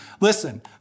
Listen